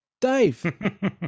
Dave